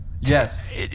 yes